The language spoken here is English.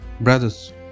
Brothers